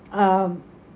um